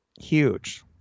Huge